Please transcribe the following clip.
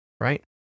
right